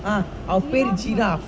uh அவன் பேர்:avan paer giraff